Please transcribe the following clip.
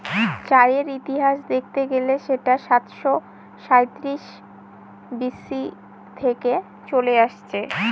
চায়ের ইতিহাস দেখতে গেলে সেটা সাতাশো সাঁইত্রিশ বি.সি থেকে চলে আসছে